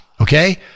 Okay